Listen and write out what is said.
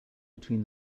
between